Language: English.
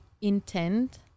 intent